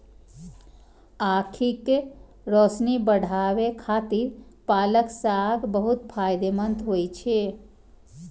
आंखिक रोशनी बढ़ाबै खातिर पालक साग बहुत फायदेमंद होइ छै